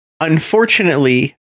unfortunately